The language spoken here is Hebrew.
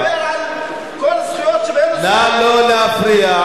הוא דיבר על כל הזכויות נא לא להפריע.